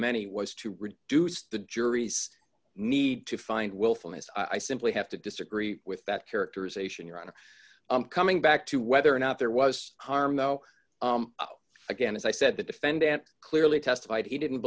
many was to reduce the jury's need to find willfulness i simply have to disagree with that characterization your honor i'm coming back to whether or not there was harm though again as i said the defendant clearly testified he didn't